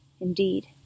indeed